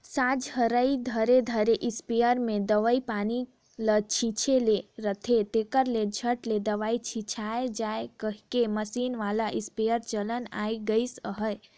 सोझ हरई धरे धरे इस्पेयर मे दवई पानी ल छीचे ले रहथे, तेकर ले झट ले दवई छिचाए जाए कहिके मसीन वाला इस्पेयर चलन आए गइस अहे